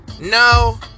No